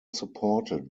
supported